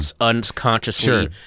unconsciously